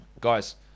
Guys